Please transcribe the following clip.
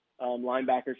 linebackers